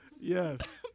Yes